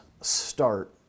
start